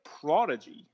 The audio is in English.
prodigy